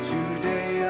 Today